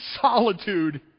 solitude